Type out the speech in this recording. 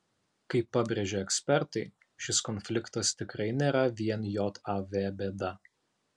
kaip pabrėžia ekspertai šis konfliktas tikrai nėra vien jav bėda